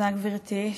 תודה, גברתי.